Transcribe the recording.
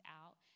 out